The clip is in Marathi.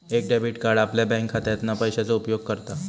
एक डेबिट कार्ड आपल्या बँकखात्यातना पैशाचो उपयोग करता